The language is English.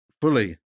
fully